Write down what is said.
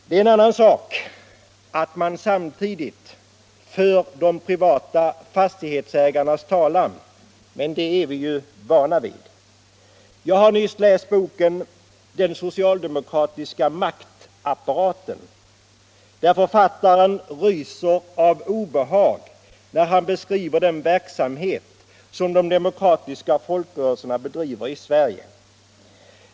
Det är en annan sak att man samtidigt för de privata fastighetsägarnas talan, men det är vi ju vana vid. Jag har nyss läst boken Den socialdemokratiska maktapparaten, där författaren ryser av obehag när han beskriver den verksamhet som de demokratiska folkrörelserna bedriver i Sverige.